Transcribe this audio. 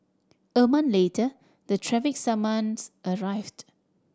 a month later the traffic summons arrived